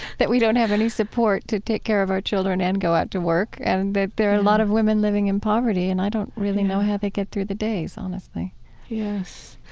that we don't have any support to take care of our children and go out to work, and that there are a lot of women living in poverty, and i don't really know how they get through the days, honestly yes.